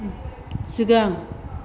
सिगां